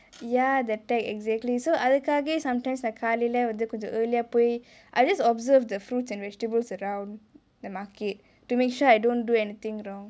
ya the tag exactly so அதுக்காகவே:athukaagavae sometimes நா காலைலே வந்து கொஞ்சோ:naa kaalaile vanthu konjo early யா போய்:yaa poi I just observe the fruits and vegetables around the market to make sure I don't do anything wrong